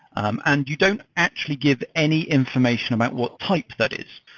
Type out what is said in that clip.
um and you don't actually give any information about what type that is.